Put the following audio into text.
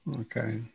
Okay